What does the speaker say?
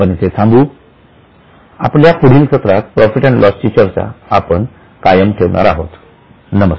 आपण येथे थांबू आपल्या पुढील सत्रात प्रॉफिट अँड लॉस ची चर्चा आपण कायम ठेवणार आहोत नमस्ते